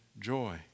joy